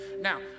Now